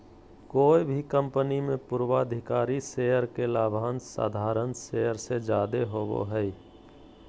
कोय भी कंपनी मे पूर्वाधिकारी शेयर के लाभांश साधारण शेयर से जादे होवो हय